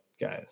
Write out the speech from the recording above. guys